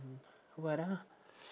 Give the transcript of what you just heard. what ah